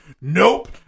nope